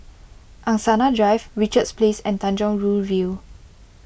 Angsana Drive Richards Place and Tanjong Rhu View